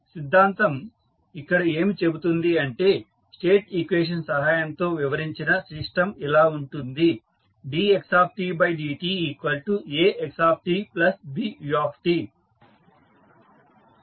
సిద్ధాంతం ఇక్కడ ఏమి చెబుతుంది అంటే స్టేట్ ఈక్వేషన్ సహాయంతో వివరించిన సిస్టం ఇలా ఉంటుంది dxdtAxtBut